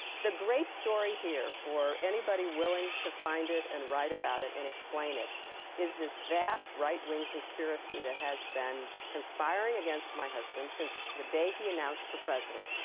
the great story here for anybody willing to find it and write about it and explain it is this vast right-wing conspiracy that has been conspiring against my husband since the day he announced for president.